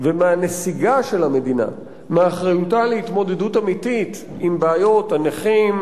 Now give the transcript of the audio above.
ומהנסיגה של המדינה מאחריותה להתמודדות אמיתית עם בעיות הנכים,